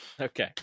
okay